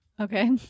Okay